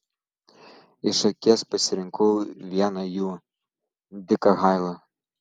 iš akies pasirinkau vieną jų diką hailą